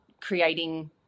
creating